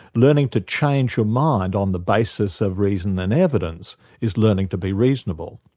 learning to change your mind on the basis of reason and evidence is learning to be reasonable.